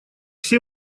все